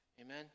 Amen